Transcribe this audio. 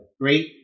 great